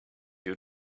you